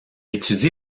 étudie